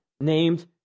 named